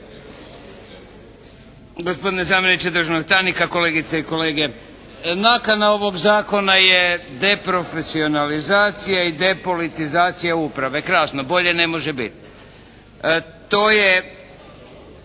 Gospodine zamjeniče državnog tajnika, kolegice i kolege. Nakana ovog Zakona je deprofesionalizacija i depolitizacija uprave. Krasno. Bolje ne može biti. To je